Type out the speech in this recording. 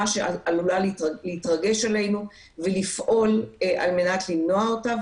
שעלולה להתרגש עלינו ולפעול על מנת למנוע אותה.